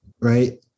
right